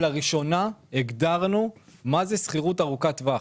לראשונה מה זו שכירות ארוכת טווח.